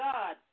God